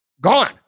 gone